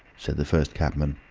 said the first cabman.